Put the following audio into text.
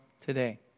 today